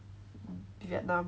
vietnam